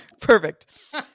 perfect